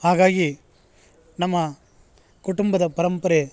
ಹಾಗಾಗಿ ನಮ್ಮ ಕುಟುಂಬದ ಪರಂಪರೆ